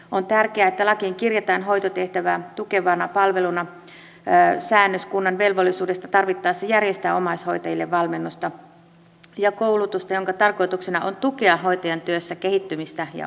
on tärkeää että lakiin kirjataan hoitotehtävää tukevana palveluna säännös kunnan velvollisuudesta tarvittaessa järjestää omaishoitajille valmennusta ja koulutusta jonka tarkoituksena on tukea hoitajan työssä kehittymistä ja osaamista